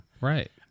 Right